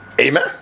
Amen